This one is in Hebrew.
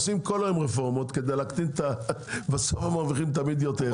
עושים כל היום רפורמות כדי להקטין ובסוף הם מרוויחים תמיד יותר.